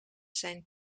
zijn